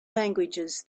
languages